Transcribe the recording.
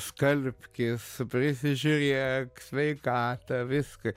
skalbkis prisižiūrėk sveikatą viską